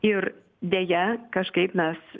ir deja kažkaip mes